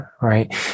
right